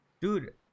Dude